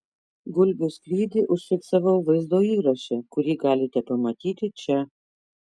gulbių skrydį užfiksavau vaizdo įraše kurį galite pamatyti čia